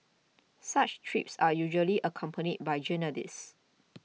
such trips are usually accompanied by journalists